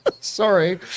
sorry